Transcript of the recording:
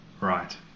Right